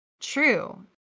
true